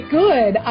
good